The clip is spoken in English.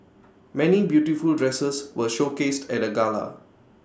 many beautiful dresses were showcased at the gala